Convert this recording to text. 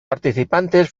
participantes